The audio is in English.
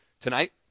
Tonight